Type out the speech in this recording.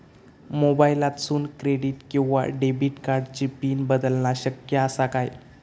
मोबाईलातसून क्रेडिट किवा डेबिट कार्डची पिन बदलना शक्य आसा काय?